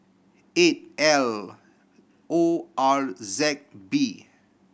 eight L O R Z B